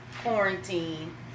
quarantine